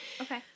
Okay